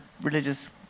religious